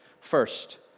First